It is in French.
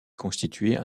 constituaient